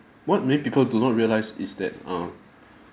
what many people do not realise is that uh